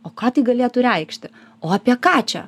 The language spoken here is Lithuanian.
o ką tai galėtų reikšti o apie ką čia